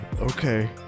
Okay